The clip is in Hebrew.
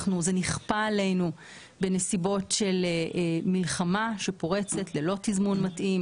זה נכפה עלינו בנסיבות של מלחמה שפורצת ללא תזמון מתאים,